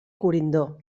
corindó